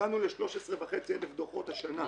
הגענו ל-13,500 דוחות השנה,